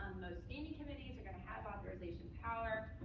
most standing committees are going to have authorization power.